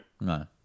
No